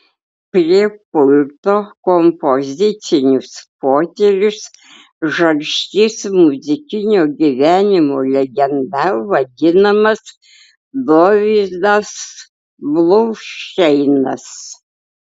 prie pulto kompozicinius potyrius žarstys muzikinio gyvenimo legenda vadinamas dovydas bluvšteinas